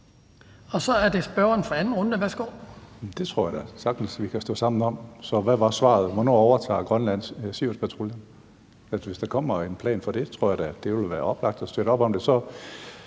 Så er det spørgeren for anden runde. Værsgo. Kl. 15:52 Karsten Hønge (SF): Det tror jeg da sagtens vi kan stå sammen om. Så hvad var svaret? Hvornår overtager Grønland Siriuspatruljen? Hvis der kommer en plan for det, tror jeg da at det vil være oplagt at støtte op om det.